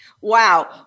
Wow